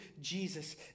Jesus